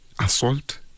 Assault